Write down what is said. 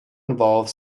involve